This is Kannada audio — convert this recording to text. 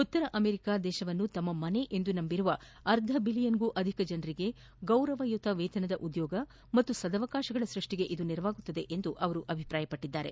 ಉತ್ತರ ಅಮೆರಿಕ ದೇಶವನ್ನು ತಮ್ಮ ಮನೆಯೆಂದೆ ನಂಬಿರುವ ಅರ್ಧ ಬಿಲಿಯನ್ಗೂ ಅಧಿಕ ಜನರಿಗೆ ಗೌರವಯುತ ವೇತನದ ಉದ್ಯೋಗ ಹಾಗೂ ಸದಾವಕಾಶಗಳ ಸೃಷ್ಠಿಗೆ ಇದು ನೆರವಾಗಲಿದೆ ಎಂದು ಅಭಿಪ್ರಾಯಪಟ್ಟದ್ದಾರೆ